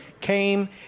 came